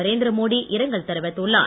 நரேந்திர மோடி இரங்கல் தெரிவித்துள்ளார்